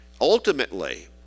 Ultimately